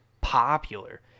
popular